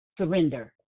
surrender